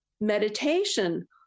Meditation